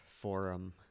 Forum